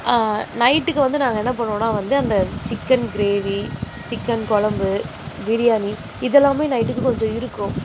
நைட்டுக்கு வந்து நாங்கள் என்ன பண்ணுவோன்னால் வந்து அந்த சிக்கன் கிரேவி சிக்கன் குழம்பு பிரியாணி இதெல்லாமே நைட்டுக்கு கொஞ்சம் இருக்கும்